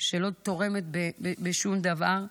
שלא תורמת בשום דבר.